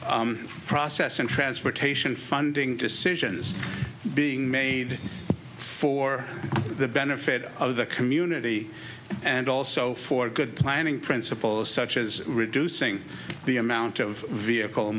process and transportation funding decisions being made for the benefit of the community and also for good planning principles such as reducing the amount of vehicle